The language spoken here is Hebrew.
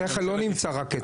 השכל לא נמצא רק אצלנו.